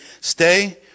stay